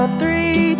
three